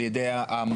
על ידי המורשים,